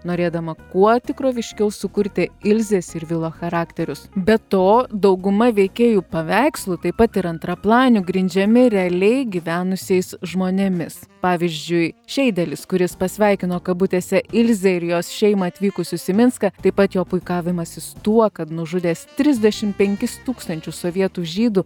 norėdama kuo tikroviškiau sukurti ilzės ir vilo charakterius be to dauguma veikėjų paveikslų taip pat ir antraplanių grindžiami realiai gyvenusiais žmonėmis pavyzdžiui šeidelis kuris pasveikino kabutėse ilzę ir jos šeimą atvykusius į minską taip pat jo puikavimasis tuo kad nužudęs trisdešim penkis tūkstančius sovietų žydų